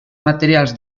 materials